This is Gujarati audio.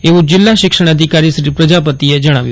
અેવું જિલ્લા શિક્ષણાધિકારી શ્રી પ્રજાપતિઅે જણાવ્યું હતું